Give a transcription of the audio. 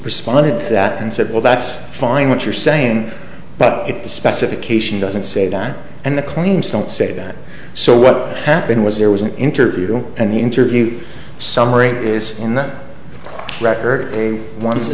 responded to that and said well that's fine what you're saying but if the specification doesn't say that and the claims don't say that so what happened was there was an interview and the interview summary is in the record they want to